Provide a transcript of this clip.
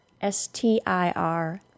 s-t-i-r